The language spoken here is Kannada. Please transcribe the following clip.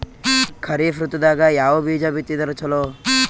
ಖರೀಫ್ ಋತದಾಗ ಯಾವ ಬೀಜ ಬಿತ್ತದರ ಚಲೋ?